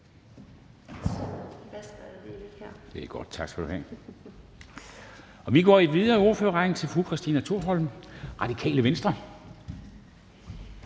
Vi går videre i ordførerrækken til fru Christina Thorholm, Radikale Venstre.